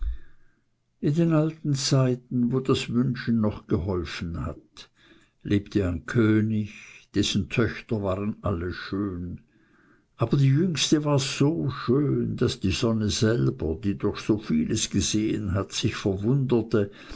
in den alten zeiten wo das wünschen noch geholfen hat lebte ein könig dessen töchter waren alle schön aber die jüngste war so schön daß die sonne selber die doch so vieles gesehen hat sich verwunderte